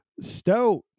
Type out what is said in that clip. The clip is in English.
Stout